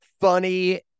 funny